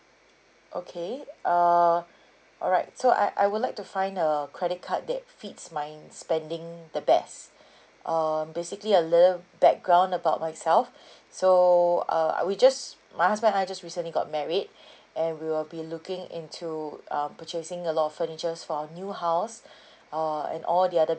okay err alright so I I would like to find a credit card that fits my spending the best uh basically a little background about myself so uh I we just my husband and I just recently got married and we will be looking into um purchasing a lot of furnitures for our new house uh and all the other